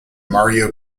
mario